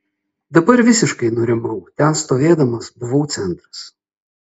dabar visiškai nurimau ten stovėdamas buvau centras